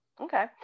okay